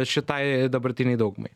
šitai dabartinei daugumai